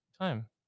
time